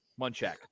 Munchak